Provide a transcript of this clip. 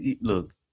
Look